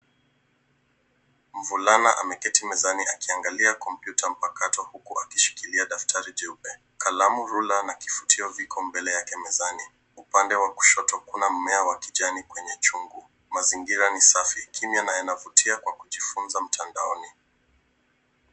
Mvulana ameketi mezani akiangalia kompyuta mpakato huku akishikilia daftari jeupe. Kalamu , rula na kifutio kipo mbele yake mezani . Upande wa kushoto kuna mmea wa kijani kwenye chungu. Mazingira ni safi, kimnya na yanavutia kwa kujifunza mtandaoni.